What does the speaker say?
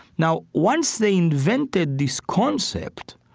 now, once they invented this concept,